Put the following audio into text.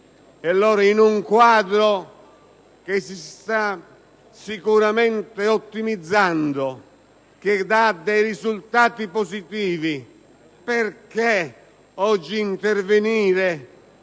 Allora, in un quadro che si sta sicuramente ottimizzando, che dà dei risultati positivi, perché oggi si vuole